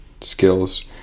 skills